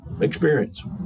experience